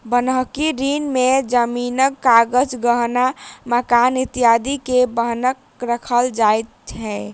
बन्हकी ऋण में जमीनक कागज, गहना, मकान इत्यादि के बन्हक राखल जाय छै